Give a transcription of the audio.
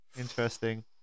Interesting